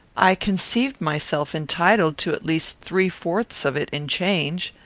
i conceived myself entitled to at least three-fourths of it in change.